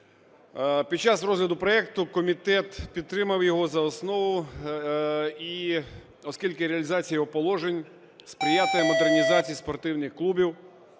Під час розгляду проекту комітет підтримав його за основу, оскільки реалізація його положень сприятиме модернізації спортивних клубів,